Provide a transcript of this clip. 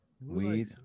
Weed